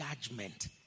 judgment